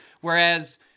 Whereas